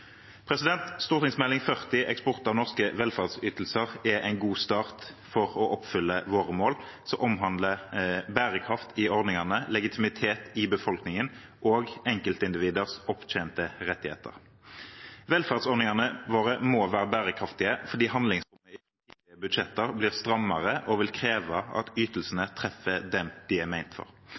40 for 2016–2017, Eksport av norske velferdsytelser, er en god start for å oppfylle våre mål som omhandler bærekraft i ordningene, legitimitet i befolkningen og enkeltindividers opptjente rettigheter. Velferdsordningene våre må være bærekraftige fordi handlingsrommet i framtidige budsjetter blir strammere og vil kreve at ytelsene treffer dem de er ment for.